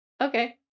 okay